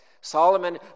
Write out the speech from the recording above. Solomon